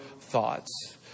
thoughts